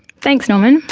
thanks norman.